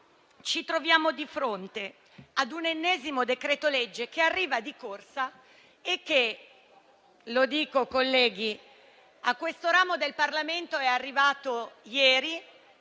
ci troviamo di fronte ad un ennesimo decreto-legge, che arriva di corsa (in questo ramo del Parlamento è arrivato ieri,